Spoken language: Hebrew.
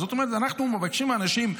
זאת אומרת שאנחנו מבקשים מאנשים: